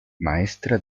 maestra